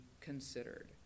considered